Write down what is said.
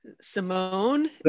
Simone